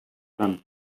sants